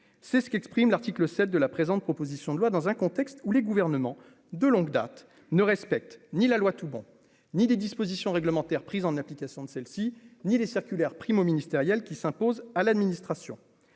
c'est ce qu'exprime l'article 7 de la présente proposition de loi dans un contexte où les gouvernements de longue date ne respecte ni la loi Toubon ni les dispositions réglementaires prises en application de celle-ci, ni les circulaires primo-ministériel qui s'impose à l'administration